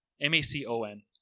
M-A-C-O-N